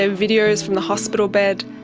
ah videos from the hospital bed,